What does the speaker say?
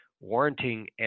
warranting